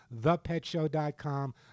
thepetshow.com